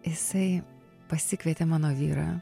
jisai pasikvietė mano vyrą